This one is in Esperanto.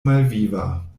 malviva